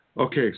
okay